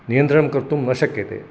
नियन्त्रणं कर्तुं न शक्यते